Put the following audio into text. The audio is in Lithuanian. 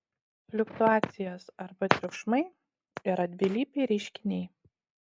fliuktuacijos arba triukšmai yra dvilypiai reiškiniai